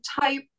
type